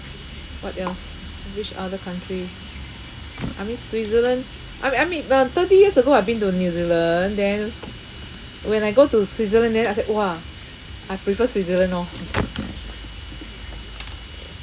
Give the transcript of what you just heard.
what else which other country I mean switzerland I mean I mean uh thirty years ago I've been to new zealand then when I go to switzerland then I said !wah! I prefer switzerland orh